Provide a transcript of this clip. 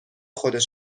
خود